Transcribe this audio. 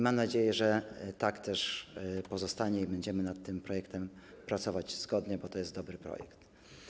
Mam nadzieję, że tak też pozostanie i będziemy nad tym projektem pracować zgodnie, bo to jest dobry projekt.